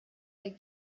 der